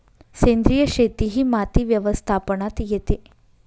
सेंद्रिय शेती ही माती व्यवस्थापनात येते